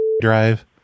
drive